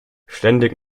ständig